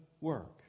work